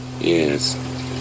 yes